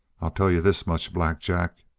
i'll tell you this much, black jack